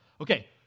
Okay